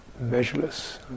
measureless